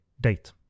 date